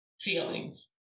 feelings